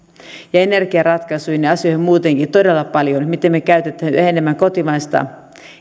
ja energiaratkaisuihin ja muutenkin todella paljon sellaisiin asioihin miten me käytämme yhä enemmän kotimaista